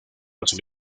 las